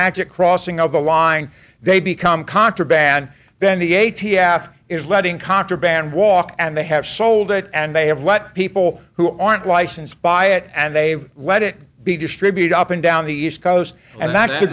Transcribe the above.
magic crossing of the line they become contraband then the a t f is letting contraband walk and they have sold it and they have let people who aren't licensed by it and they let it be distributed up and down the east coast and